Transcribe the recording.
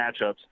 matchups